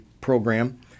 program